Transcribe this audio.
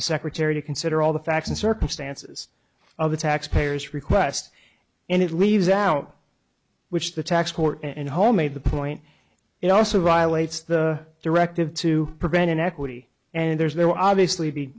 the secretary to consider all the facts and circumstances of the taxpayer's request and it leaves out which the tax court and home made the point it also violates the directive to prevent inequity and there's there were obviously be